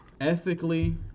ethically